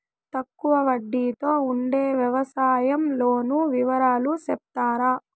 తక్కువ వడ్డీ తో ఉండే వ్యవసాయం లోను వివరాలు సెప్తారా?